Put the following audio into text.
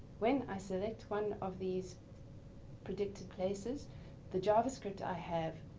when i select one of these predicted places the javascript i have